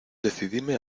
decidíme